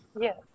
Yes